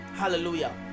hallelujah